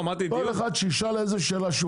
כל אחד ישאל איזו שאלה שהוא